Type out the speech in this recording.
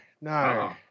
no